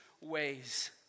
ways